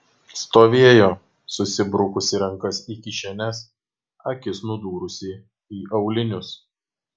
stovėjo susibrukusi rankas į kišenes akis nudūrusi į aulinius